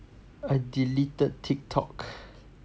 I deleted Tik Tok